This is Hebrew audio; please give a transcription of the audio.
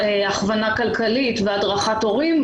הכוונה כלכלית והדרכת הורים.